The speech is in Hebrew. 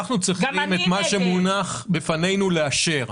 אנחנו צריכים את מה שמונח בפנינו לאשר.